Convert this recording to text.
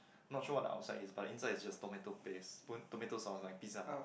not sure what the outside is but the inside is just tomato paste tomato sauce like pizza